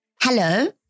Hello